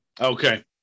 Okay